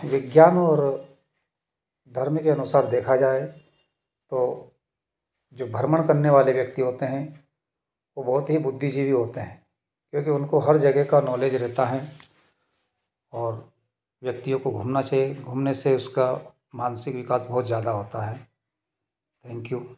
विज्ञान और धर्म के अनुसार देखा जाए तो जो भ्रमण करने वाले व्यक्ति होते हैं वो बहुत ही बुद्धि जीवी होते हैं क्योंकि उनको हर जगह का नॉलेज रहता है और व्यक्तियों को घूमना चाहिए घूमने से उसका मानसिक विकास बहुत ज़्यादा होता है थैंक्यू